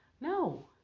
No